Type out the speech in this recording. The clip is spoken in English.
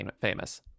famous